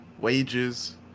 wages